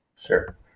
Sure